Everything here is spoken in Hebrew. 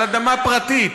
על אדמה פרטית,